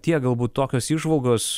tiek galbūt tokios įžvalgos